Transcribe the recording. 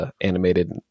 animated